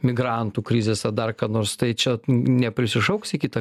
migrantų krizės ką nors tai čia neprisišauksi kitą